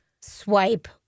swipe